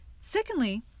Secondly